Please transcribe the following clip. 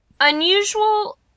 Unusual